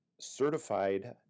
certified